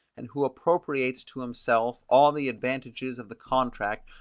and who appropriates to himself all the advantages of the contract,